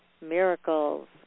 Miracles